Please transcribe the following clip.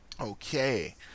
Okay